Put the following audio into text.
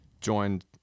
joined